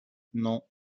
non